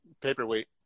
paperweight